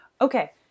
Okay